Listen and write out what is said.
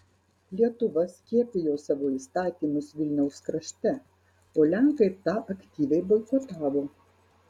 lietuva skiepijo savo įstatymus vilniaus krašte o lenkai tą aktyviai boikotavo